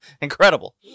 Incredible